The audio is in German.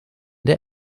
der